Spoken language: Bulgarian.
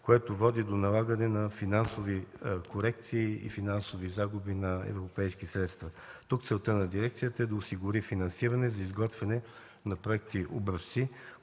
което води до налагане на финансови корекции и загуби на европейски средства. Тук целта на дирекцията е да осигури финансиране за изготвяне на проекти-образци,